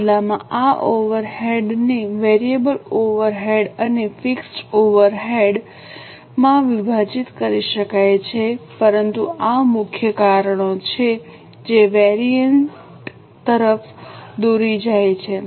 બદલામાં આ ઓવરહેડ વેરિઅન્સને વેરીએબલ ઓવરહેડ્સ અને ફિક્સ્ડ ઓવરહેડ્સ માં વિભાજીત કરી શકાય છે પરંતુ આ મુખ્ય કારણો છે જે વેરિએન્ટ તરફ દોરી જાય છે